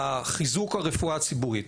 חיזוק הרפואה הציבורית.